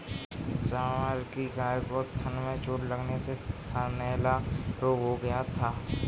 summer की गाय को थन में चोट लगने से थनैला रोग हो गया था